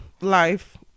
life